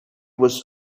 was